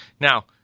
Now –